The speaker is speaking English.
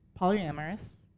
Polyamorous